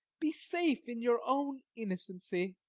be safe in your own innocency.